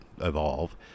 evolve